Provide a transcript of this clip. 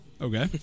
Okay